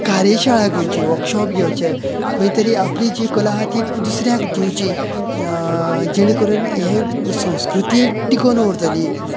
कार्यशाळा घेवची वर्कशॉप घेवचे खंय तरी आपले जी कला हा ती दुसऱ्यांक दिवची जेणे करून हे संस्कृती टिकून उरतली